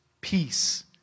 peace